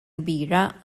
kbira